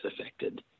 affected